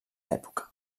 època